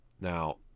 Now